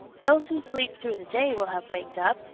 those who sleep through the day will have waked up,